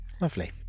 Lovely